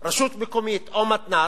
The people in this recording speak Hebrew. רשות מקומית או מתנ"ס,